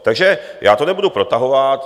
Takže já to nebudu protahovat.